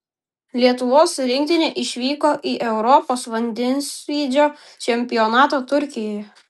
lietuvos rinktinė išvyko į europos vandensvydžio čempionatą turkijoje